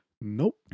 Nope